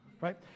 right